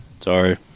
Sorry